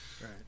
Right